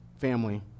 family